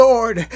Lord